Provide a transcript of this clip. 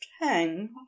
hang